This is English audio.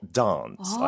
dance